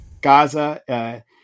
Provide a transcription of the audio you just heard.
Gaza